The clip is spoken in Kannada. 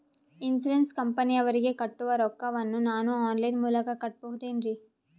ಇನ್ಸೂರೆನ್ಸ್ ಕಂಪನಿಯವರಿಗೆ ಕಟ್ಟುವ ರೊಕ್ಕ ವನ್ನು ನಾನು ಆನ್ ಲೈನ್ ಮೂಲಕ ಕಟ್ಟಬಹುದೇನ್ರಿ?